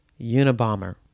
Unabomber